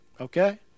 okay